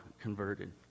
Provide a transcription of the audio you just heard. converted